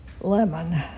lemon